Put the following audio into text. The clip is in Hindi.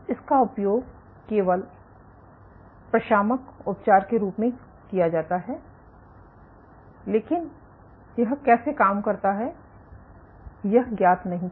इसका उपयोग केवल प्रशामक उपचार के रूप में किया जाता है लेकिन यह कैसे काम करता है यह ज्ञात नहीं था